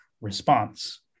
response